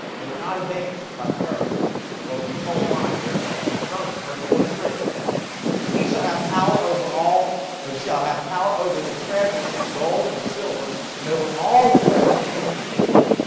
they were not advanced by the turk and will be told why here in just a moment verse forty three but he shall have power over all ah he shall have power over the treasures of gold and of silver and over all the precious things of egypt